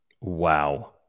Wow